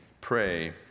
pray